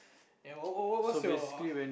ya what what what's your